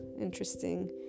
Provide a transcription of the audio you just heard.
interesting